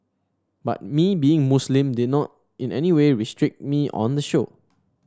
but me being Muslim did not in any way restrict me on the show